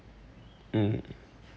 mm